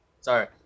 Sorry